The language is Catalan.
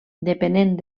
depenent